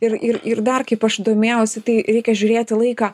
ir ir ir dar kaip aš domėjausi tai reikia žiūrėti laiką